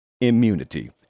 Immunity